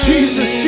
Jesus